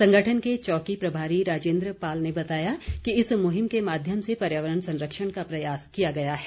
संगठन के चौकी प्रभारी राजेन्द्र पाल ने बताया कि इस मुहिम के माध्यम से पर्यावरण संरक्षण का प्रयास किया गया है